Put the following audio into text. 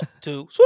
two